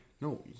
No